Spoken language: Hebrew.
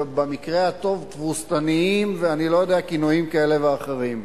במקרה הטוב, תבוסתנים וכינויים כאלה ואחרים.